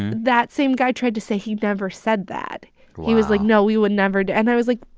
that same guy tried to say he never said that wow he was like, no, we would never do and i was like,